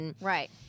Right